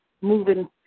moving